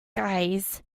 guys